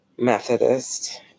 Methodist